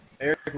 Eric